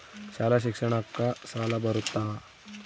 ಶಾಲಾ ಶಿಕ್ಷಣಕ್ಕ ಸಾಲ ಬರುತ್ತಾ?